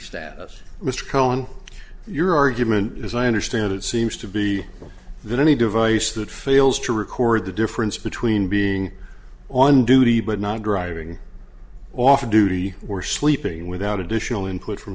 status mr cowen your argument as i understand it seems to be that any device that fails to record the difference between being on duty but not driving off duty or sleeping without additional input from